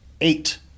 eight